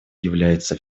является